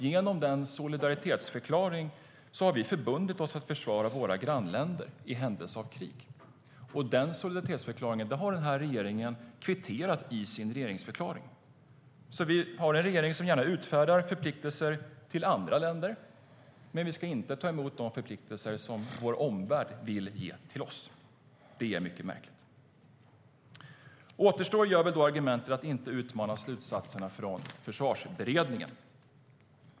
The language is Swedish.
Genom en solidaritetsförklaring har vi förbundit oss att försvara våra grannländer i händelse av krig. Den solidaritetsförklaringen har regeringen kvitterat i sin regeringsförklaring. Vi har alltså en regering som gärna åtar sig förpliktelser gentemot andra länder, men vi ska inte ta emot de förpliktelser vår omvärld vill åta sig gentemot oss. Det är mycket märkligt. Återstår gör väl då argumentet att man inte ska utmana slutsatserna från Försvarsberedningen.